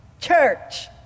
church